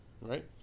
right